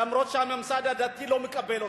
אף שהממסד הדתי לא מקבל אותם.